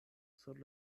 sur